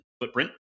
footprint